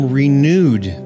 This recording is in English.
renewed